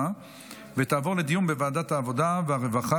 לוועדת העבודה והרווחה